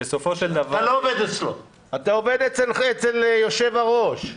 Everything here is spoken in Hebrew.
אתה עובד אצל היושב-ראש.